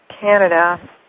Canada